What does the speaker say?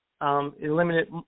eliminate